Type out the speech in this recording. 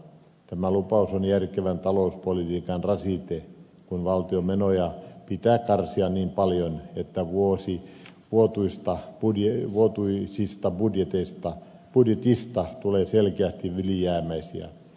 tämä lupaus on järkevän talouspolitiikan rasite kun valtion menoja pitää karsia niin paljon että vuotuisista budjeteista tulee selkeästi ylijäämäisiä